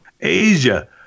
Asia